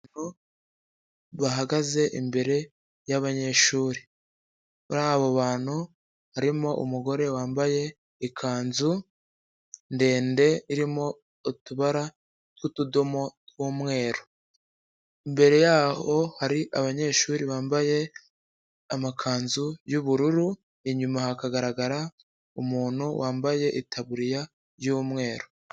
Bahagaze imbere y'abanyeshuri, muri abo bantu harimo umugore wambaye ikanzu ndende irimo utubara tw'utudomo tw'umweru, imbere yaho hari abanyeshuri bambaye amakanzu y'ubururu, inyuma hakagaragara umuntu wambaye itaburiya y'umweru.